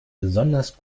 besonders